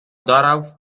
darauf